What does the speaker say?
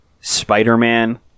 spider-man